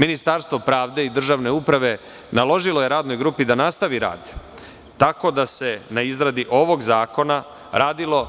Ministarstvo pravde i državne uprave naložilo je Radnoj grupi da nastavi rad tako da se na izradi ovog zakona radilo